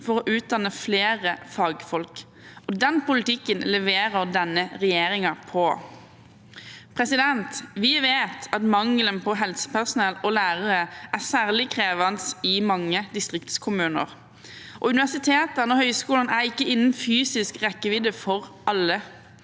for å utdanne flere fagfolk. Den politikken leverer denne regjeringen på. Vi vet at mangelen på helsepersonell og lærere er særlig krevende i mange distriktskommuner. Universitetene og høyskolene er ikke innen fysisk rekkevidde for alle.